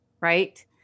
right